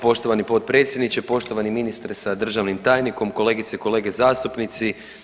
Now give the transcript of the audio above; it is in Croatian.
Poštovani potpredsjedniče, poštovani ministre sa državnim tajnikom, kolegice i kolege zastupnici.